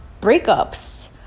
breakups